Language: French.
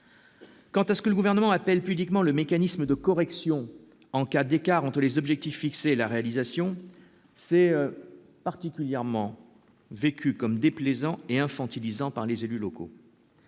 quant à ce que le gouvernement appelle pudiquement le mécanisme de correction en cas d'écart entre les objectifs fixés, la réalisation, c'est particulièrement vécu comme déplaisant et infantilisant par les élus locaux.